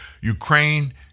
Ukraine